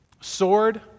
sword